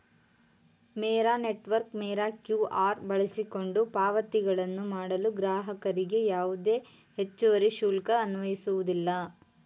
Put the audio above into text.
ಮೇರಾ network ಮೇರಾ QR ಬಳಸಿಕೊಂಡು ಪಾವತಿಗಳನ್ನು ಮಾಡಲು ಗ್ರಾಹಕರಿಗೆ ಯಾವುದೇ ಹೆಚ್ಚುವರಿ ಶುಲ್ಕ ಅನ್ವಯಿಸುವುದಿಲ್ಲ